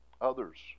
Others